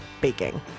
baking